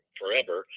forever